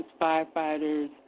firefighters